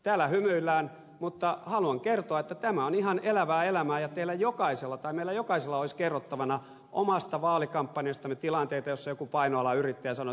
täällä hymyillään mutta haluan kertoa että tämä on ihan elävää elämää ja meillä jokaisella olisi kerrottavana omasta vaalikampanjastamme tilanteita joissa joku painoalan yrittäjä sanoo että minä voin tehdä sinulle halvemmalla omakustannushintaan